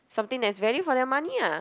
something that is value for their money ah